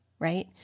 Right